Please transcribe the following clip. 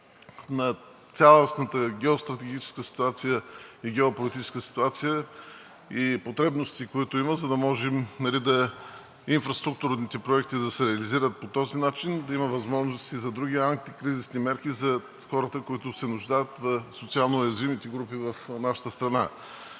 на цялостната геостратегическа и геополитическа ситуация и потребностите, които има, за да може инфраструктурните проекти да се реализират по този начин, да има възможност и за други антикризисни мерки за хората, които се нуждаят – социално уязвимите групи в нашата страна.